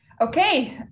Okay